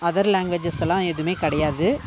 other languages எல்லாம் எதுவுமே கிடையாது